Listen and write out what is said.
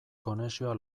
konexioa